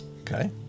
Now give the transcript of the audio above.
Okay